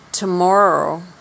Tomorrow